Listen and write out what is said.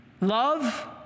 love